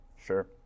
Sure